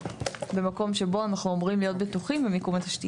במקום שבו אנחנו אמורים להיות בטוחים במיקום התשתית.